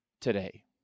today